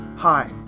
Hi